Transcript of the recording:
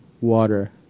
water